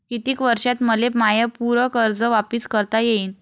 कितीक वर्षात मले माय पूर कर्ज वापिस करता येईन?